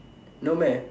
no meh